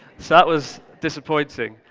so that was disappointing.